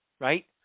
right